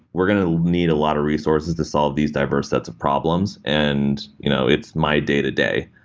we're going to need a lot of resources to solve these diverse sets of problems, and you know it's my day-to-day.